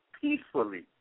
peacefully